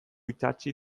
itsatsi